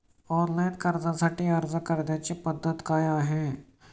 Online कर्जासाठी अर्ज करण्याची पद्धत काय आहे?